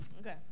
Okay